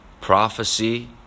prophecy